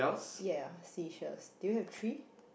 ya seashells do you have three